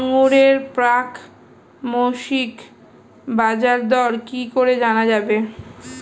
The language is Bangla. আঙ্গুরের প্রাক মাসিক বাজারদর কি করে জানা যাবে?